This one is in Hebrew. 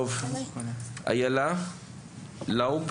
בבקשה, איילה לאוב.